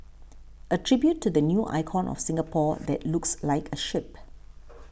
a tribute to the new icon of Singapore that looks like a ship